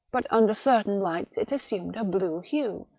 but under certain lights it assumed a blue hue,